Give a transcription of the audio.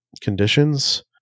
conditions